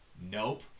Nope